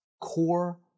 core